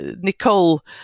Nicole